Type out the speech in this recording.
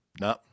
No